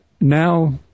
now